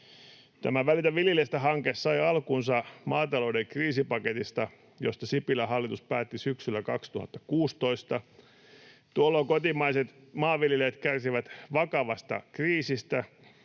Tämä Välitä viljelijästä ‑hanke sai alkunsa maatalouden kriisipaketista, josta Sipilän hallitus päätti syksyllä 2016. Tuolloin kotimaiset maanviljelijät kärsivät vakavasta kriisistä,